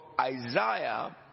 Isaiah